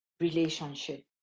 relationship